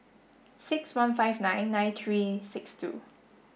six one five nine nine three six two